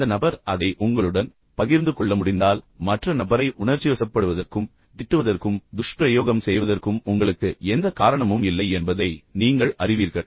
அந்த நபர் அதை உங்களுடன் பகிர்ந்து கொள்ள முடிந்தால் மற்ற நபரை உணர்ச்சிவசப்படுவதற்கும் திட்டுவதற்கும் துஷ்பிரயோகம் செய்வதற்கும் உங்களுக்கு எந்த காரணமும் இல்லை என்பதை நீங்கள் அறிவீர்கள்